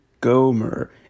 Gomer